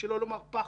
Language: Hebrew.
שלא לומר פחד,